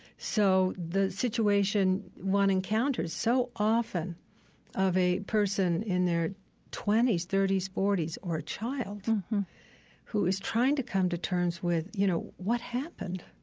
so the situation one encounters so often of a person in their twenty s, thirty s, forty s, or a child who is trying to come to terms with, you know, what happened?